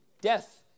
death